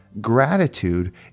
Gratitude